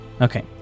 Okay